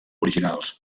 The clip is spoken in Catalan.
originals